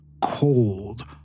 cold